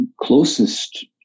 closest